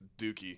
dookie